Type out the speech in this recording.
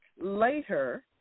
Later